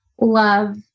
love